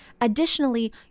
additionally